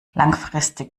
langfristig